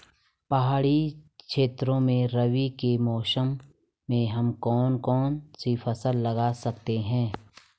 पहाड़ी क्षेत्रों में रबी के मौसम में हम कौन कौन सी फसल लगा सकते हैं?